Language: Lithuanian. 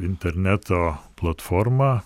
interneto platforma